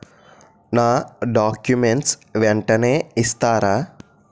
నా డాక్యుమెంట్స్ వెంటనే ఇస్తారా?